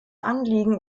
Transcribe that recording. anliegen